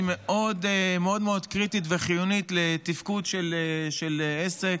שהיא מאוד מאוד קריטית וחיונית לתפקוד של עסק,